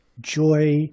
joy